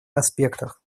аспектах